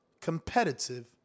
competitive